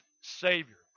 Savior